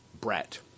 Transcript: Brett